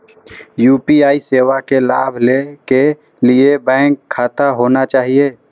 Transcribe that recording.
UPI सेवा के लाभ लै के लिए बैंक खाता होना चाहि?